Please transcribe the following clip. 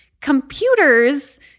Computers